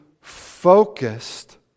focused